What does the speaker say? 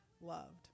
loved